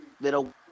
little